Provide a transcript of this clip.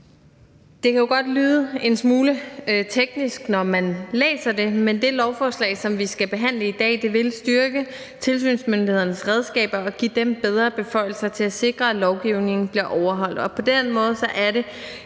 Det kan jo godt lyde en smule teknisk, når man læser det, men det lovforslag, som vi skal behandle i dag, vil styrke tilsynsmyndighedernes redskaber og give dem bedre beføjelser til at sikre, at lovgivningen bliver overholdt. På den måde er det